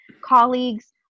colleagues